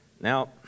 now